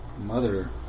Mother